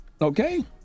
okay